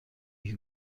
یکی